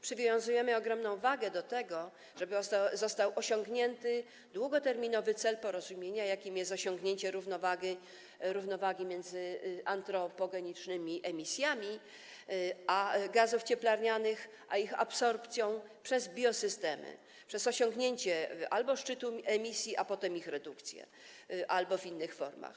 Przywiązujemy ogromną wagę do tego, żeby został osiągnięty długoterminowy cel porozumienia, jakim jest osiągnięcie równowagi między antropogenicznymi emisjami gazów cieplarnianych a ich absorpcją przez biosystemy, przez osiągnięcie albo szczytu emisji, a potem ich redukcję, albo w innych formach.